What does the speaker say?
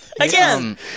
Again